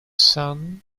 son